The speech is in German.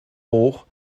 hoch